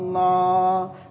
Allah